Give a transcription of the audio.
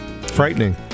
Frightening